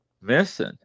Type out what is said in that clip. missing